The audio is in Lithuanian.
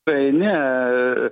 tai ne